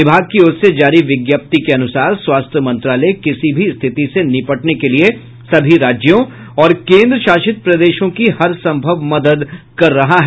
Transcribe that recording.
विभाग की ओर से जारी विज्ञप्ति के अनुसार स्वास्थ्य मंत्रालय किसी भी स्थिति से निपटने के लिए सभी राज्यों और केंद्रशासित प्रदेशों की हरसंभव मदद कर रहा है